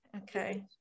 Okay